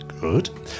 Good